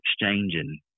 exchanging